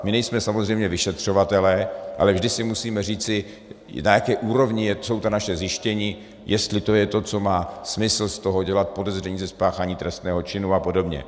My nejsme samozřejmě vyšetřovatelé, ale vždy si musíme říci, na jaké úrovni jsou ta naše zjištění, jestli je to to, co má smysl z toho dělat podezření ze spáchání trestného činu a podobně.